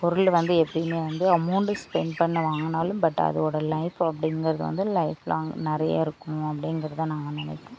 பொருள் வந்து எப்போயுமே வந்து அமௌண்டு ஸ்பெண்ட் பண்ணி வாங்கினாலும் பட் அதோட லைஃப் அப்படிங்கறது வந்து லைஃப் லாங் நிறைய இருக்கும் அப்டிங்கறத நாங்கள் நினைக்கிறோம்